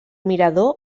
mirador